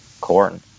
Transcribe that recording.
corn